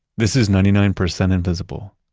this is ninety nine percent invisible.